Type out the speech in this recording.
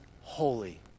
holy